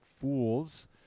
fools